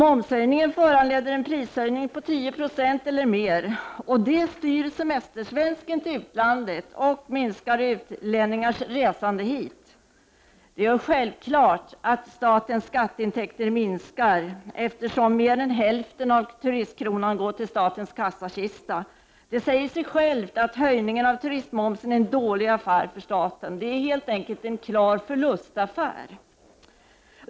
Momshöjningen föranleder en prishöjning på 10 96 eller mer, och det styr semestersvensken till utlandet och minskar utlänningars resande hit. Det är självklart att statens skatteintäkter minskar, eftersom mer än hälften av turistkronan går till statens kassakista. Det säger sig självt att höjningen av turistmomsen är en dålig affär för staten. Det är helt enkelt en klar förlustaffär.